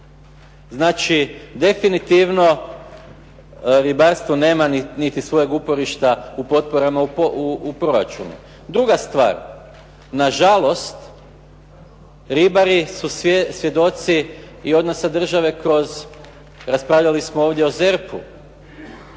Znači definitivno ribarstvo nema niti svojeg uporišta u proračunu. Druga stvar. Na žalost ribari su svjedoci i odnosa države kroz, raspravljali smo ovdje o ZERP-u.